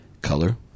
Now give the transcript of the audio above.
Color